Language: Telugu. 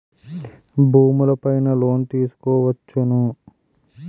భూములు పైన లోన్ తీసుకోవచ్చును